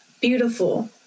beautiful